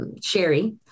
Sherry